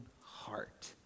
heart